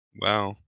Wow